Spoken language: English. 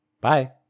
bye